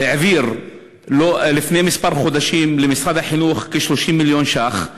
העביר לפני כמה חודשים למשרד החינוך כ-30 מיליון שקל,